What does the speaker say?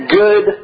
good